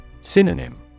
Synonym